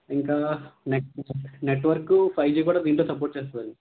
ఇంకా నె network five G కూడా దీంట్లో సపోర్ట్ చేస్తుంది అండి